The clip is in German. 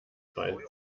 vereins